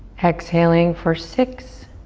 exhaling for six,